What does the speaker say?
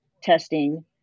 testing